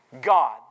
God